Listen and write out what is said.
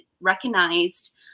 recognized